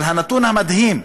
אבל הנתון המדהים,